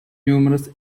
numerous